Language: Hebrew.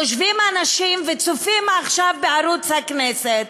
יושבים אנשים וצופים עכשיו בערוץ הכנסת,